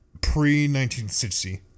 pre-1960